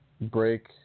break